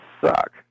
suck